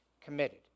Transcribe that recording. committed